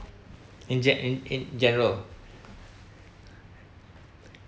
in ge~ in in general